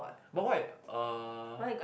but what uh